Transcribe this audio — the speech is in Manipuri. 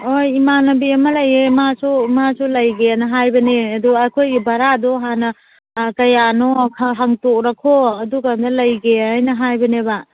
ꯑꯣ ꯏꯃꯥꯟꯅꯕꯤ ꯑꯃ ꯂꯩꯌꯦ ꯃꯥꯁꯨ ꯂꯩꯒꯦꯅ ꯍꯥꯏꯕꯅꯦ ꯑꯗꯨ ꯑꯩꯈꯣꯏꯒꯤ ꯚꯥꯔꯥꯗꯣ ꯍꯥꯟꯅ ꯀꯌꯥꯅꯣ ꯍꯪꯇꯣꯛꯔꯛꯈꯣ ꯑꯗꯨꯒꯅꯦ ꯂꯩꯒꯦ ꯍꯥꯏꯅ ꯍꯥꯏꯕꯅꯦꯕ